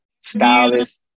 stylist